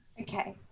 okay